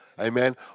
Amen